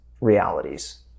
realities